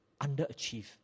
underachieve